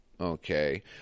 okay